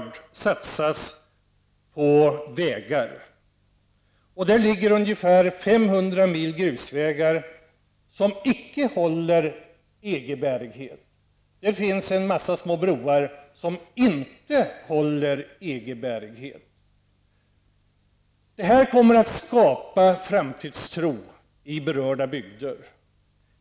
Det finns ungefär 500 mil grusvägar som icke håller EG-bärighet. Det finns en massa små broar som inte håller EG-bärighet. Vi föreslår att 6 1/2 miljard satsas på vägar. Det kommer att skapa framtidstro i berörda bygder.